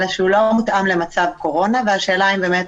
אלא שהוא לא מותאם למצב קורונה והשאלה אם באמת